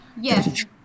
Yes